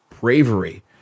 bravery